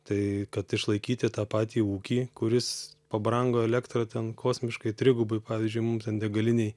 tai kad išlaikyti tą patį ūkį kuris pabrango elektra ten kosmiškai trigubai pavyzdžiui mum ten degalinei